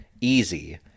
easy